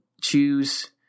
choose